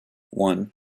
one